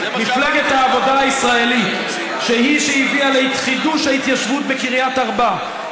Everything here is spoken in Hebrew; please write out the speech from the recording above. מפלגת העבודה הישראלית היא שהביאה לחידוש ההתיישבות בקריית ארבע,